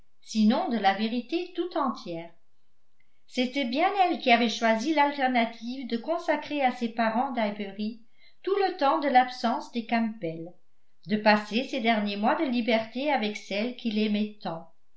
sinon de la vérité tout entière c'était bien elle qui avait choisi l'alternative de consacrer à ses parents d'highbury tout le temps de l'absence des campbell de passer ses derniers mois de liberté avec celles qui l'aimaient tant